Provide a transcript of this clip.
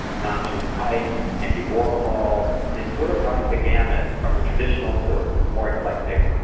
nam june paik, andy warhol, it sort of runs the gamut from the traditional to the more eclectic.